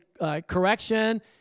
correction